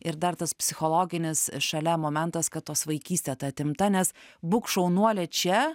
ir dar tas psichologinis šalia momentas kad tos vaikystė ta atimta nes būk šaunuolė čia